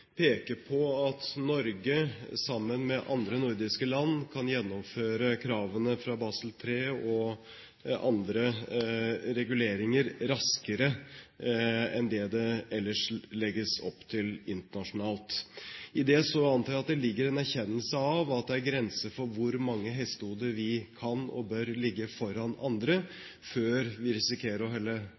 peker på at Norge, sammen med andre nordiske land, kan gjennomføre kravene fra Basel III og andre reguleringer raskere enn det det ellers legges opp til internasjonalt. I det antar jeg at det ligger en erkjennelse av at det er grenser for hvor mange hestehoder foran andre vi kan og bør ligge, før vi risikerer å